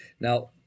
Now